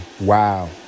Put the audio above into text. Wow